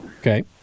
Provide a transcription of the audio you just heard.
Okay